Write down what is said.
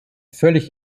völlig